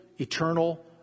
Eternal